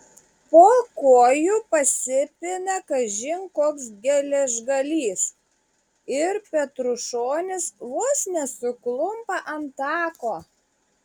po kojų pasipina kažin koks geležgalys ir petrušonis vos nesuklumpa ant tako